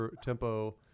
tempo